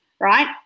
right